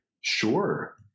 Sure